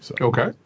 Okay